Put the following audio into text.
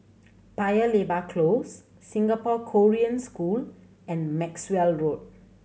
Paya Lebar Close Singapore Korean School and Maxwell Road